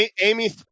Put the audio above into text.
amy